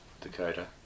Dakota